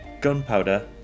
gunpowder